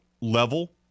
level